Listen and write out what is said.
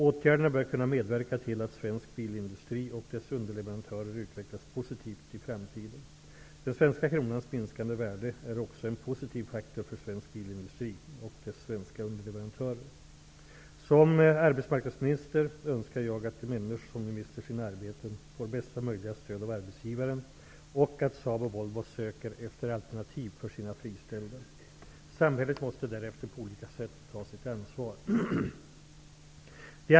Åtgärderna bör kunna medverka till att svensk bilindustri och dess underleverantörer utvecklas positivt i framtiden. Den svenska kronans minskade värde är också en positiv faktor för svensk bilindustri och dess svenska underleverantörer. Som arbetsmarknadsminister önskar jag att de människor som nu mister sina arbeten får bästa möjliga stöd av arbetsgivaren och att Saab och Volvo söker efter alternativ för sina friställda. Samhället måste därefter på olika sätt ta sitt ansvar.